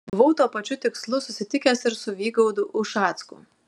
buvau tuo pačiu tikslu susitikęs ir su vygaudu ušacku